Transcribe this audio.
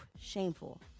shameful